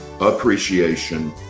appreciation